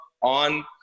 on